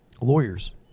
Lawyers